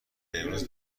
امروز